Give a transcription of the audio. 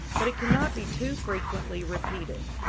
but it cannot be too frequently repeated.